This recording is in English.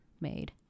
made